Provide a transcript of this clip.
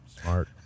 Smart